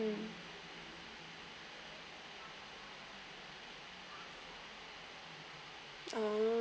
mm oh